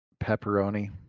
pepperoni